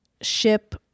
ship